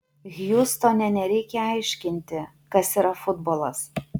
hjustone nereikia aiškinti kas yra futbolas